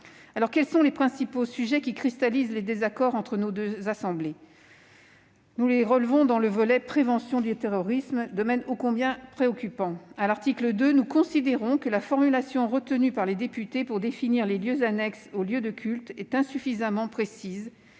Quels sont les principaux sujets qui cristallisent les désaccords entre nos deux assemblées ? Nous les relevons dans le volet relatif à la prévention du terrorisme, domaine ô combien préoccupant. À l'article 2, nous considérons que la formulation retenue par les députés pour définir les lieux annexes aux lieux de culte est insuffisamment précise